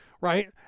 right